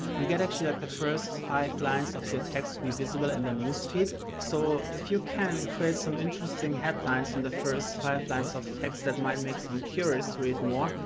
you get actually like the first five lines of your text to be visible in and the newsfeed. so if you can create some interesting headlines in the first five lines of text that might make some curious, read more,